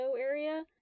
area